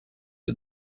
are